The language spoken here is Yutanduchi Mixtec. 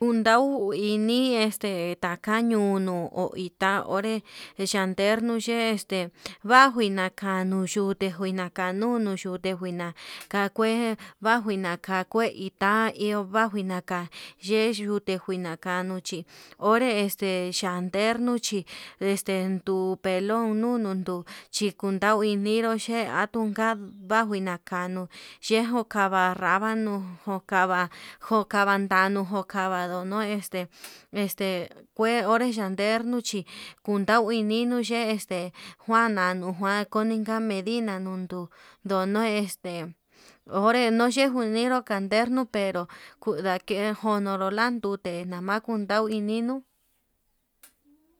Undau iñi este taka ñuñu tá onre ndayerno yee, este huajuina nanuchute njuina kanunu yute njuina ka'a kue vajuina kakue itá vajuina kaka yeyuni juina kanuchi onre este, yandernu chí este nduu pelón nunun duu chin kundai ininró che'e atuin ka'a bajuina nako'o, yenguu kava ravano jokava ndanuu jokava ndano no este este kue onre yander nuchi kundau ini nuyee este njuan nanu njuan koni jamedina nunduu ndono este onré, noche'e kuniro kanderno pero kuu ndaken jonoro landute nama kundai inino'o.